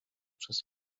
przez